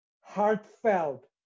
heartfelt